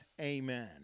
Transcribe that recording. Amen